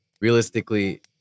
realistically